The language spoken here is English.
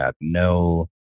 no